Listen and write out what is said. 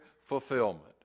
fulfillment